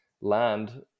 land